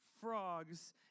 frogs